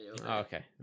Okay